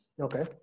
Okay